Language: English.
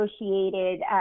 negotiated